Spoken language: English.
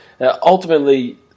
ultimately